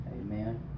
Amen